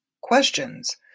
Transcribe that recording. questions